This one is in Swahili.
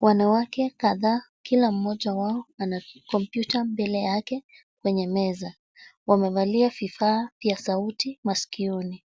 Wanawake kadhaa kila mmoja wao ana kompyuta mbele yake kwenye meza. Wamevalia vifaa vya sauti masikioni.